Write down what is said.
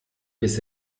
bis